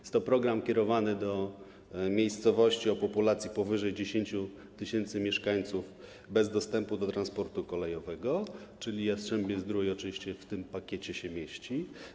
Jest to program kierowany do miejscowości o populacji powyżej 10 tys. mieszkańców, bez dostępu do transportu kolejowego, czyli Jastrzębie-Zdrój oczywiście w tym pakiecie się mieści.